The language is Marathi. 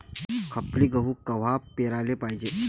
खपली गहू कवा पेराले पायजे?